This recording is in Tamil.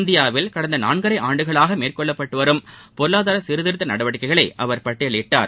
இந்தியாவிலகடந்தநானகரை ஆண்டுகளாகமேற்கொள்ளபட்டுவரும் பொருளாதாரசீர்திருத்தநடவடிக்கைகளை அவர் பட்டியலிட்டார்